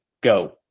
go